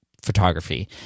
photography